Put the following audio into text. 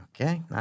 Okay